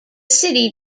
city